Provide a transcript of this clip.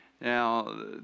now